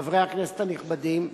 חברי הכנסת הנכבדים,